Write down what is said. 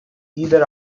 either